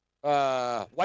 White